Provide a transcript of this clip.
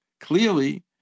Clearly